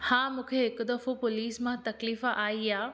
हा मूंखे हिकु दफ़ो पुलिस मां तकलीफ़ आई आहे